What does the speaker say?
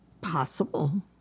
Possible